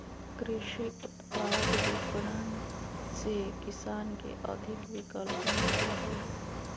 कृषि उत्पाद विपणन से किसान के अधिक विकल्प मिलो हइ